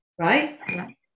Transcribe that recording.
Right